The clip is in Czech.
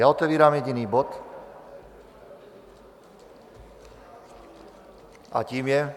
Já otevírám jediný bod a tím je